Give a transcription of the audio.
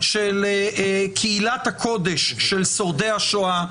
של קהילת הקודש של שורדי השואה.